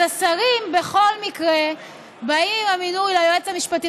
אז השרים בכל מקרה באים עם המינוי ליועץ המשפטי